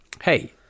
Hey